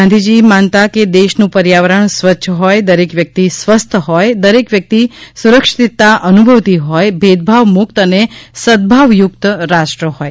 ગાંધીજી માનતા કે દેશનું પર્યાવરણ સ્વચ્છ હોય દરેક વ્યક્તિ સ્વસ્થ હોય દરેક વ્યક્તિ સુરક્ષિતતા અનુભવતી હોય ભેદભાવમુક્ત અને સદભાવયુક્ત રાષ્ટ્ર હોય